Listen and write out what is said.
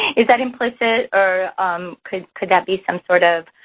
is that implicit or um could could that be some sort of,